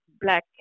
black